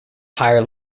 higher